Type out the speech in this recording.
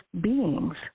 beings